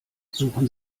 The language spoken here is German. suchen